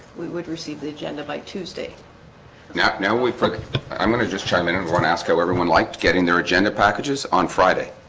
we would receive the agenda by tuesday ya know we prick i'm gonna just chime in everyone asked how everyone liked getting their agenda packages on friday